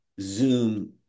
Zoom